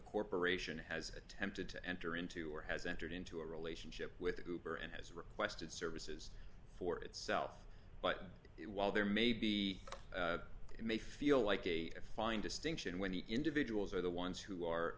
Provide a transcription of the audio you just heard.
corporation has attempted to enter into or has entered into a relationship with hooper and has requested services for itself but it while there may be it may feel like a fine distinction when the individuals are the ones who are